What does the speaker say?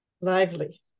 Lively